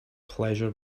pleasure